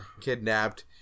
kidnapped